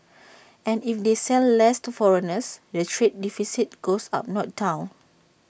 and if they sell less to foreigners the trade deficit goes up not down